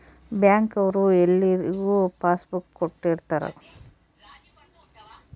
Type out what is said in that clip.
bank ಅವ್ರು ಎಲ್ರಿಗೂ passbook ಕೊಟ್ಟಿರ್ತರ